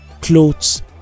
clothes